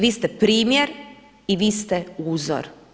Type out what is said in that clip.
Vi ste primjer i vi ste uzor.